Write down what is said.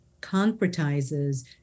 concretizes